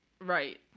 Right